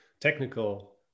technical